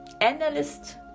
analyst